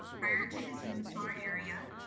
prior to his move to our area,